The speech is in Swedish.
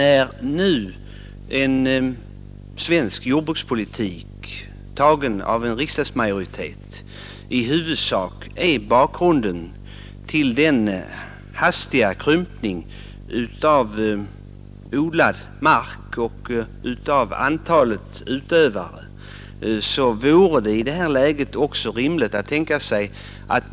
Den svenska jordbrukspolitiken har utformats av en riksdagsmajoritet, och den är i huvudsak bakgrunden till den hastiga krympningen av odlad mark och av antalet jordbruksutövare.